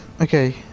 okay